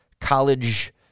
college